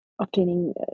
obtaining